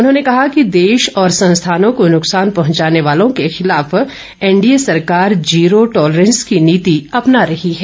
उन्होंने कहा कि देश और संस्थानों को नुकसान पहुंचाने वालों के खिलाफ एन डीए सरकार ज़ीरो टॉलरेंस की नीति अपना रही है